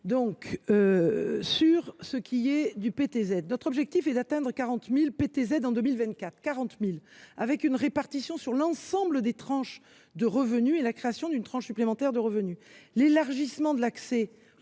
du sénateur Jadot. Notre objectif est d’atteindre 40 000 PTZ en 2024, avec une répartition sur l’ensemble des tranches de revenus et la création d’une tranche supplémentaire de revenus. L’élargissement de l’accès